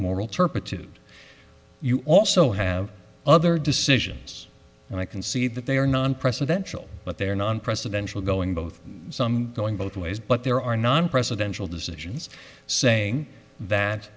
turpitude you also have other decisions and i can see that they are non presidential but there non presidential going both some going both ways but there are non presidential decisions saying that